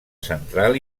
central